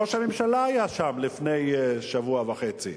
ראש הממשלה היה שם לפני שבוע וחצי,